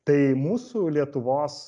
tai mūsų lietuvos